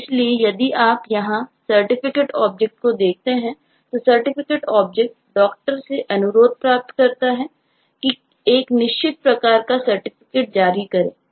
इसलिए यदि आप यहां Certificate ऑब्जेक्ट को देखते हैं तो Certificate ऑब्जेक्ट Doctor से अनुरोध प्राप्त करता है कि एक निश्चित प्रकार का Certificate जारी करें